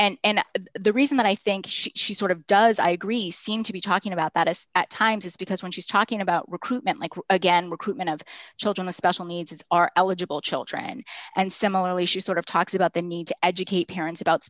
choice and the reason that i think she sort of does i agree seem to be talking about that as at times it's because when she's talking about recruitment like again recruitment of children with special needs are eligible children and similarly she sort of talks about the need to educate parents about